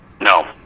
No